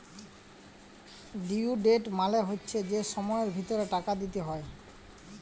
due date মালে হচ্যে যে সময়ের ভিতরে টাকা দিতে হ্যয়